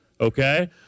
Okay